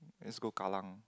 let's go Kallang